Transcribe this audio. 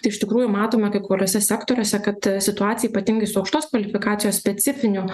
tai iš tikrųjų matoma kai kuriuose sektoriuose kad situacija ypatingai su aukštos kvalifikacijos specifinių